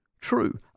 true